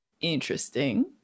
interesting